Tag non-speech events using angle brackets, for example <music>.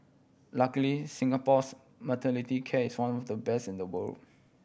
luckily Singapore's maternity case <unintelligible> the best in the world